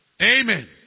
Amen